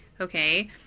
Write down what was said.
Okay